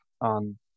on